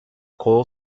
coil